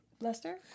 Lester